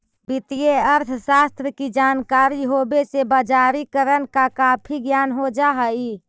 वित्तीय अर्थशास्त्र की जानकारी होवे से बजारिकरण का काफी ज्ञान हो जा हई